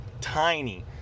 tiny